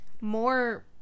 more